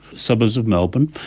suburbs of melbourne,